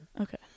Okay